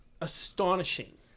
astonishing